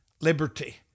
Liberty